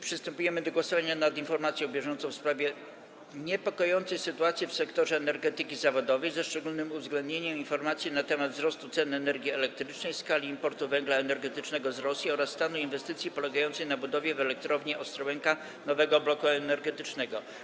Przystępujemy do głosowania nad informacją bieżącą w sprawie niepokojącej sytuacji w sektorze energetyki zawodowej, ze szczególnym uwzględnieniem informacji na temat wzrostu cen energii elektrycznej, skali importu węgla energetycznego z Rosji oraz stanu inwestycji polegającej na budowie w Elektrowni Ostrołęka nowego bloku energetycznego.